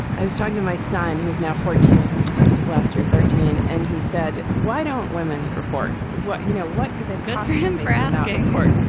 i was talking to my son, who's now fourteen. and can you see his last year, thirteen? and he said, why don't women report what you know? what could they push him for and getting caught?